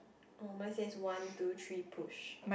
oh mine says one two three push